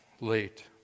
late